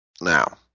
Now